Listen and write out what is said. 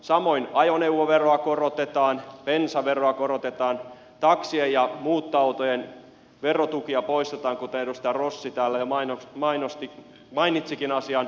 samoin ajoneuvoveroa korotetaan bensaveroa korotetaan taksien ja muuttoautojen verotukia poistetaan kuten edustaja rossi täällä jo mainitsikin asian